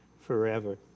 forever